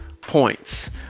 points